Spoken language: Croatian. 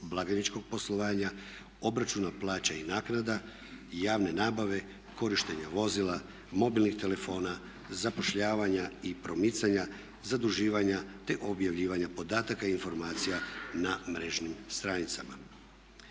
blagajničkog poslovanja, obračuna plaća i naknada, javne nabave, korištenja vozila, mobilnih telefona, zapošljavanja i promicanja, zaduživanja te objavljivanja podataka i informacija na mrežnim stranicama.